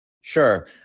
Sure